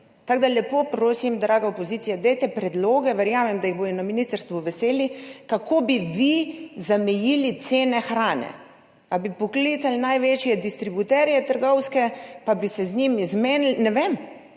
Tako da lepo prosim, draga opozicija, dajte predloge, verjamem, da jih bodo na ministrstvu veseli, kako bi vi zamejili cene hrane. Ali bi poklicali največje trgovske distributerje in bi se z njimi zmenili? Ne vem.